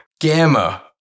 gamma